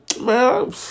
man